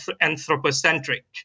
anthropocentric